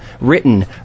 written